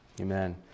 Amen